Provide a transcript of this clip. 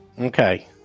Okay